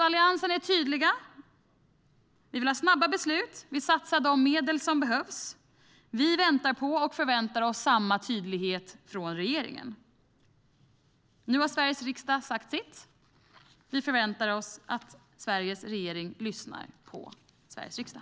Alliansen är tydlig. Vi vill ha snabba beslut. Vi satsar de medel som behövs. Vi väntar på och förväntar oss samma tydlighet från regeringen. Nu har Sveriges riksdag sagt sitt. Vi förväntar oss att Sveriges regering lyssnar på Sveriges riksdag.